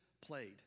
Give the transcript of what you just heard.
played